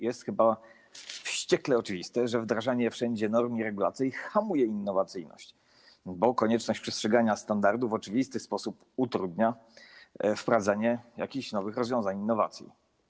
Jest chyba wściekle oczywiste, że wdrażanie wszędzie norm i regulacji hamuje innowacyjność, bo konieczność przestrzegania standardów w oczywisty sposób utrudnia wprowadzanie jakichś nowych rozwiązań, innowacji.